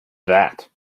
that